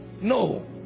no